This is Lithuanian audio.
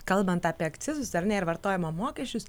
kalbant apie akcizus ar ne ir vartojimo mokesčius